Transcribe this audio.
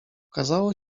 okazało